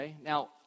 Now